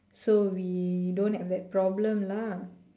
so we don't have that problem lah